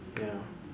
ya